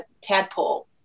tadpole